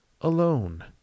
Alone